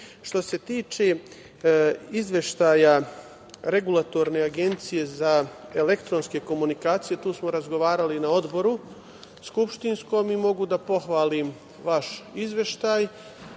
se tiče izveštaja Regulatorne agencije za elektronske komunikacije tu smo razgovarali na odboru skupštinskom i mogu da pohvalim vaš izveštaj